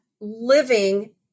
living